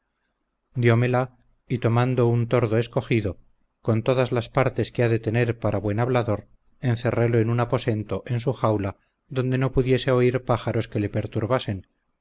diomela y tomando un tordo escogido con todas las partes que ha de tener para buen hablador encerrelo en un aposento en su jaula donde no pudiese oír pájaros que le perturbasen